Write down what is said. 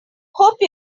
hope